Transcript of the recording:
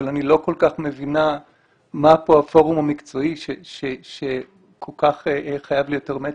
אבל אני לא כל כך מבינה מה פה הפורום המקצועי שכל כך חייב להיות הרמטי,